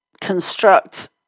construct